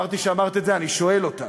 לא אמרתי שאמרת את זה, אני שואל אותך.